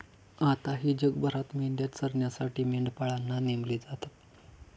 आताही जगभरात मेंढ्या चरण्यासाठी मेंढपाळांना नेमले जातात